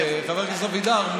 חבר הכנסת אבידר,